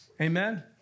Amen